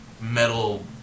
metal